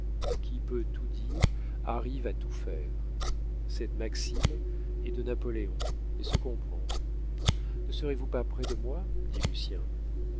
qui peut tout dire arrive à tout faire cette maxime est de napoléon et se comprend ne serez-vous pas près de moi dit lucien